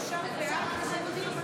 אפשר להוסיף אותי?